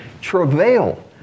travail